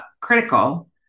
critical